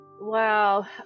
Wow